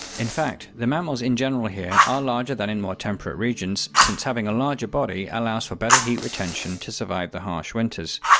in fact, the mammals in general here are larger than in more temperate regions, since having a larger body allows for better heat retention to survive the harsh winters.